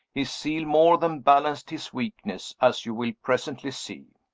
his zeal more than balanced his weakness, as you will presently see.